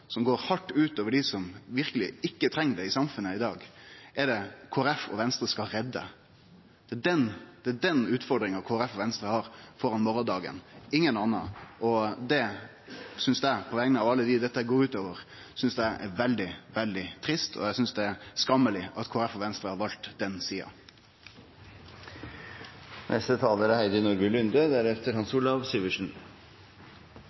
som går hardt ut over dei som verkeleg ikkje treng det i samfunnet i dag, det er Kristeleg Folkeparti og Venstre skal redde. Det er denne utfordringa Kristeleg Folkeparti og Venstre har føre morgondagen, ingen andre. Det synest eg på vegner av alle dei dette går ut over, er veldig, veldig trist, og eg synest det er skammeleg at Kristeleg Folkeparti og Venstre har valt den sida.